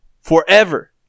forever